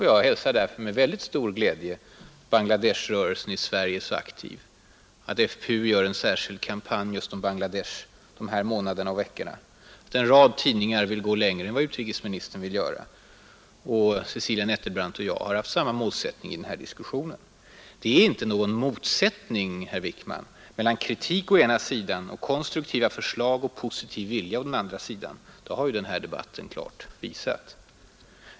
Jag hälsar därför med stor glädje att Bangla Desh-rörelsen i Sverige är så aktiv, att FPU gör en särskild kampanj just om Bangla Desh de här veckorna och att en rad tidningar vill gå längre än vad utrikesministern vill göra. Cecilia Nettelbrandt och jag har haft samma målsättning i den här diskussionen, Det är inte någon motsättning, herr Wickman, mellan å ena sidan kritik och å andra sidan konstruktiva förslag och positiv vilja; det har ju den här debatten klart visat.